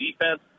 defense